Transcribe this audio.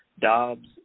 Dobbs